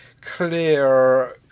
clear